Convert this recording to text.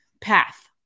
path